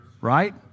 right